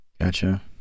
Gotcha